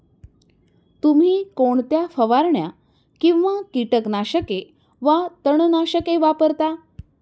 तुम्ही कोणत्या फवारण्या किंवा कीटकनाशके वा तणनाशके वापरता?